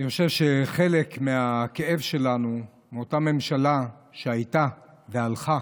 אני חושב שחלק מהכאב שלנו מאותה ממשלה שהייתה והלכה,